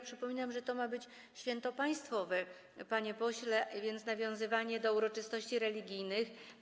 Przypominam, że to ma być święto państwowe, panie pośle, więc nawiązywanie do uroczystości religijnych.